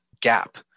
gap